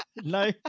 No